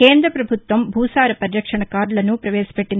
కేంద్రపభుత్వం భూసార పరిరక్షణ కార్డులను ప్రవేశపెట్టింది